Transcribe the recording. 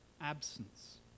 absence